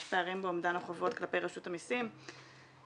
יש פערים באומדן החובות כלפי רשות המסים ופער